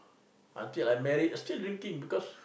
until I married still drinking because